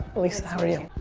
alissa, how are you?